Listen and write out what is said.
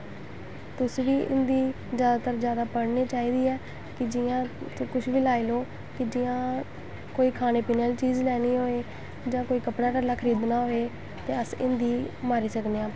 तुस बी हिन्दी जादा तू जादा पढ़नी चाहिदी ऐ कि जियां कुछ बी लाई लैओ कि जियां कोई खाने पाने आह्ली चीज़ लैनी होए जां कोई कपड़ा टल्ला खरीदना होए ते अस हिन्दी मारी सकने आं